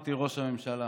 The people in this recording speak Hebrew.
אמרתי "ראש הממשלה",